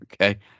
Okay